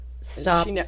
Stop